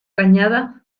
cañada